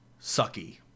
sucky